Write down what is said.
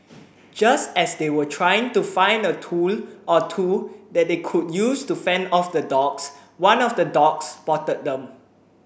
just as they were trying to find a tool or two that they could use to fend off the dogs one of the dogs spotted them